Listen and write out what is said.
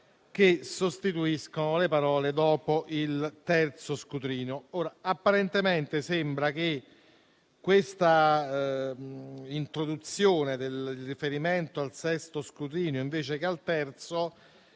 che sostituiscono le parole «Dopo il terzo scrutinio». Ora, apparentemente sembra che l'introduzione del riferimento al sesto scrutinio invece che al terzo